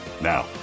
Now